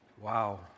Wow